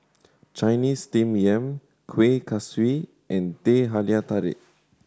Chinese Steamed Yam Kueh Kaswi and Teh Halia Tarik